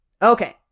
Okay